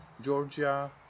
Georgia